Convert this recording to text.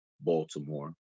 Baltimore